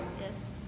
Yes